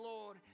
Lord